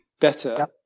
better